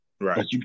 Right